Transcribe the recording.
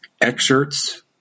excerpts